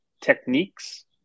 techniques